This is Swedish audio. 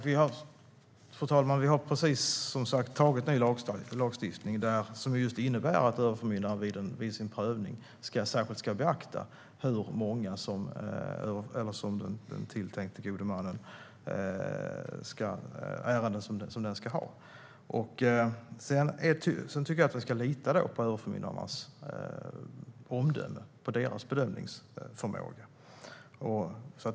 Fru talman! En lagstiftning har precis antagits som innebär att överförmyndaren vid sin prövning särskilt ska beakta hur många ärenden som den tilltänkte gode mannen ska ha. Jag tycker att vi ska lita på överförmyndarnas omdöme och bedömningsförmåga.